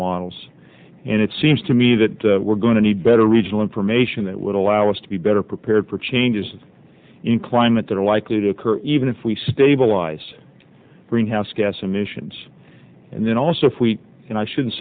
models and it seems to me that we're going to need better regional information that would allow us to be better prepared for changes in climate that are likely to occur even if we stabilise greenhouse gas emissions and then also if we can i should